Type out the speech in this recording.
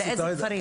לאיזה כפרים?